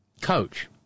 coach